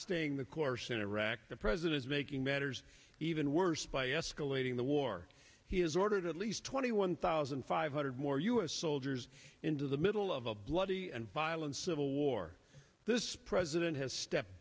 staying the course in iraq the president's making matters even worse by escalating the war he has ordered at least twenty one thousand five hundred more u s soldiers into the middle of a bloody and violent civil war this president has step